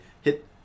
Hit